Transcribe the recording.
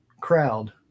crowd